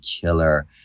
killer